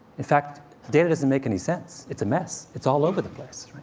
in fact, the data doesn't make any sense. it's a mess. it's all over the place.